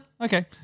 Okay